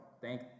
Thank